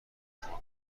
شما